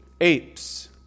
apes